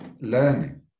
learning